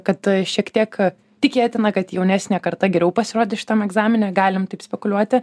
kad šiek tiek tikėtina kad jaunesnė karta geriau pasirodė šitam egzamine galim taip spekuliuoti